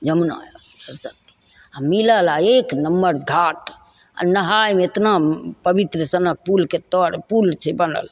जमुना आओर सरस्वती मिलल आओर एक नम्बर घाट आओर नहाइमे एतना पवित्र सनके पुलके तर पुल छै बनल